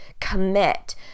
commit